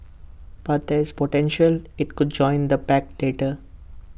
but there's potential IT could join the pact later